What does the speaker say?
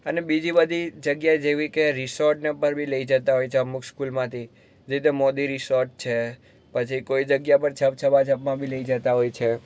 અને બીજી બધી જગ્યાએ જેવી કે રિસોર્ટને પર બી લઈ જતાં હોય છે અમુક સ્કૂલમાંથી જે રીતે મોદી રિસોર્ટ પછી કોઈ જગ્યા પર છબ છબા છબમાં બિ લઈ જતા હોય છે